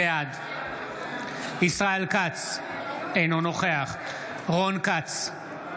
בעד ישראל כץ, אינו נוכח רון כץ,